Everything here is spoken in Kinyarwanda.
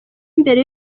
mbere